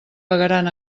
pagaran